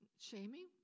shaming